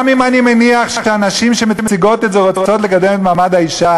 גם אם אני מניח שהנשים שמציגות את זה רוצות לקדם את מעמד האישה,